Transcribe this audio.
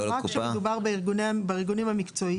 רק כשמדובר בארגונים המקצועיים,